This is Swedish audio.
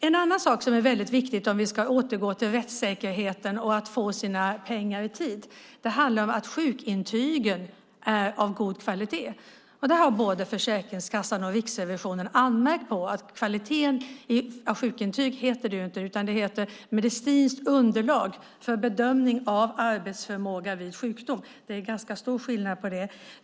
En annan sak som är väldigt viktig om vi ska återgå till rättssäkerheten och att få sina pengar i tid handlar om att sjukintygen är av god kvalitet. Både Försäkringskassan och Riksrevisionen har anmärkt på kvaliteten på sjukintyg, som det inte längre heter utan medicinskt underlag för bedömning av arbetsförmåga vid sjukdom. Det är ganska stor skillnad på det.